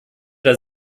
der